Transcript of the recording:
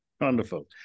Wonderful